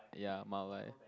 ya my life